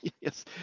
Yes